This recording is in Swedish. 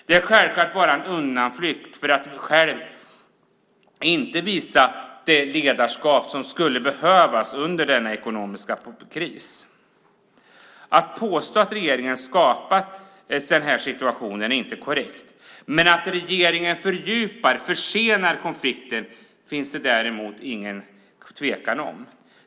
Det är självklart bara en undanflykt för att själv inte visa det ledarskap som skulle behövas under denna ekonomiska kris. Att påstå att regeringen har skapat den här situationen är inte korrekt, men att regeringen fördjupar och försenar konflikten finns det däremot inget tvivel om.